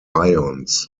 ions